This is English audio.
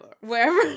Wherever